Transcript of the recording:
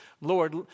Lord